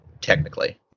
Technically